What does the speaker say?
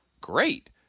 great